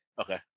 Okay